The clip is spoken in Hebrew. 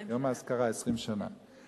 יום האזכרה, 20 שנה.